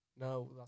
No